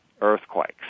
earthquakes